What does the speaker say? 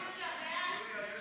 חוק הגנת